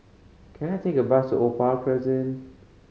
can I take a bus to Opal Crescent